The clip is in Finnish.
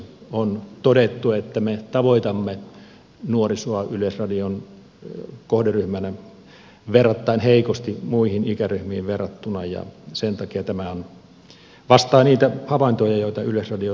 on todettu että me tavoitamme nuorisoa yleisradion kohderyhmänä verrattain heikosti muihin ikäryhmiin verrattuna ja sen takia tämä vastaa niitä havaintoja joita yleisradio tahollaan on tehnyt